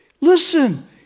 listen